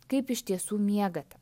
kaip iš tiesų miegate